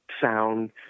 sound